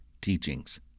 teachings